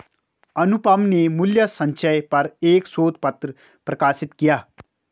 अनुपम ने मूल्य संचय पर एक शोध पत्र प्रकाशित किया